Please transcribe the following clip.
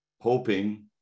hoping